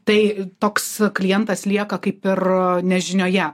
tai toks klientas lieka kaip ir nežinioje